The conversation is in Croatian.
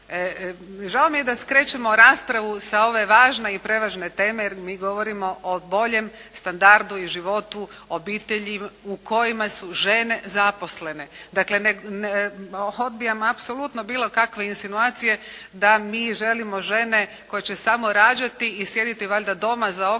Žao mi je da skrećemo raspravu sa ove važne i prevažne teme jer mi govorimo o boljem standardu i životu obitelji u kojima su žene zaposlene. Dakle ne, odbijam apsolutno bilo kakve insinuacije da mi želimo žene koje će samo rađati i sjediti valjda doma za ognjištem